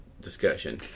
discussion